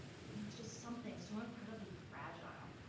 and there was just something so incredibly fragile,